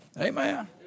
Amen